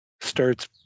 starts